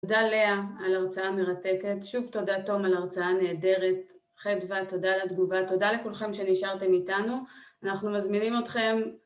תודה לאה על הרצאה המרתקת. שוב תודה תום על ההרצאה הנהדרת. חדוה, תודה על התגובה. תודה לכולכם שנשארתם איתנו, אנחנו מזמינים אתכם